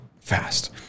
fast